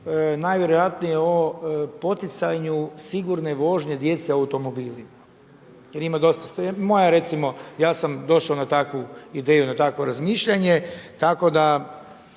najvjerojatnije o poticanju sigurne vožnje djece u automobilima jer ima, moja je recimo ja sam došao na takvu ideju na takvo razmišljanje tako da